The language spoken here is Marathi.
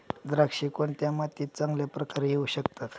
द्राक्षे कोणत्या मातीत चांगल्या प्रकारे येऊ शकतात?